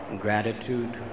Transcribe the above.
gratitude